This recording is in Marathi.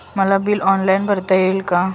मला बिल ऑनलाईन भरता येईल का?